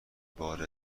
بار